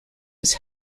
was